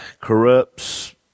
corrupts